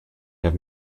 have